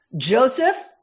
Joseph